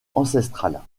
ancestrales